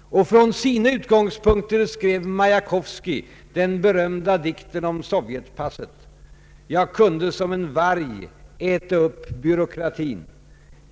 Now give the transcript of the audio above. Och från sina utgångspunkter skrev Majakovskij den berömda dikten om Sovjetpasset: ”Jag kunde som en varg äta upp byråkratin.” .